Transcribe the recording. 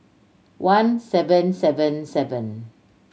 one seven seven seven